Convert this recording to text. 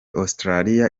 australia